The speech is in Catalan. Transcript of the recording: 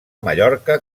mallorca